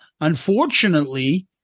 unfortunately